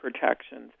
protections